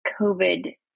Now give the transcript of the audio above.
COVID